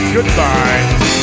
Goodbye